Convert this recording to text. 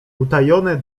utajone